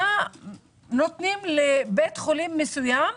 מה נותנים לבית חולים מסוים,